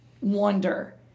wonder